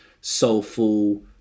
soulful